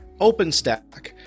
OpenStack